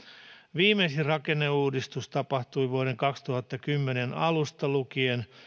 viimeisin rakenneuudistus tapahtui vuoden kaksituhattakymmenen alusta lukien